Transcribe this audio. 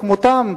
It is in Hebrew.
כמותם,